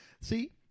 See